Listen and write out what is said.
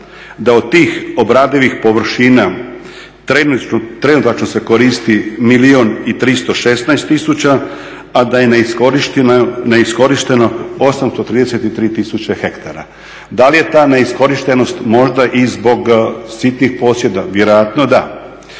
da od tih obradivih površina trenutačno se koristi 1 316 000 a da je neiskorišteno 833 000 hektara. Da li je ta neiskorištenost možda i zbog sitnih posjeda? Vjerojatno da.